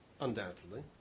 undoubtedly